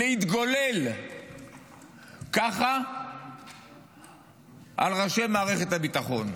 לא העזו להתגולל ככה על ראשי מערכת הביטחון,